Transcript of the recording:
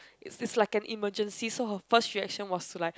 it's it's like an emergency so her first reaction was like